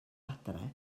adre